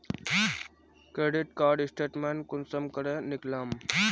Credit card statement कुंसम करे निकलाम?